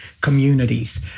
communities